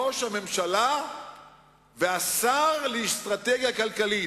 ראש הממשלה והשר לאסטרטגיה כלכלית.